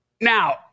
now